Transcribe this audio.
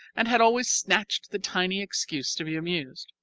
and had always snatched the tiniest excuse to be amused.